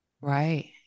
Right